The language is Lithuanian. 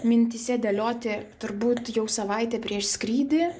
mintyse dėlioti turbūt jau savaitę prieš skrydį